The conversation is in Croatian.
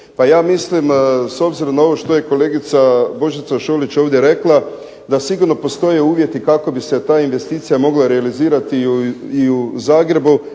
Pa ja mislim s obzirom na ovo što je kolegica Božica Šolić ovdje rekla da sigurno postoje uvjeti kako bi se ta investicija mogla realizirati i u Zagrebu,